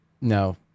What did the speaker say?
No